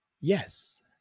yes